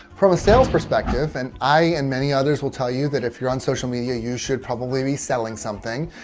from a sales perspective, and i and many others will tell you that if you're on social media, you should probably be selling something,